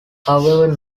however